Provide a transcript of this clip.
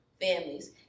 families